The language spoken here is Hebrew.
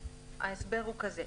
ההסבר הוא כזה: